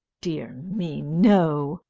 dear me, no!